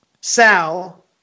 Sal